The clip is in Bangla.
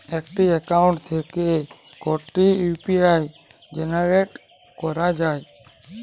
একটি অ্যাকাউন্ট থেকে কটি ইউ.পি.আই জেনারেট করা যায়?